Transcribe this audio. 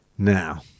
Now